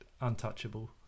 untouchable